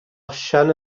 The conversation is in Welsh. osian